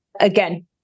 again